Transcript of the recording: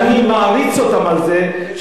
אני מעריץ אותם על זה,